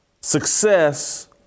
success